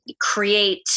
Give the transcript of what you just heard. create